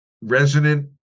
resonant